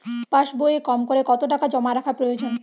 পাশবইয়ে কমকরে কত টাকা জমা রাখা প্রয়োজন?